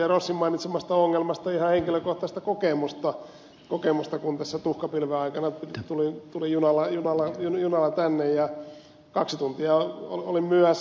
rossin mainitsemasta ongelmasta ihan henkilökohtaista kokemusta kun tässä tuhkapilven aikana tulin junalla tänne ja kaksi tuntia olin myöhässä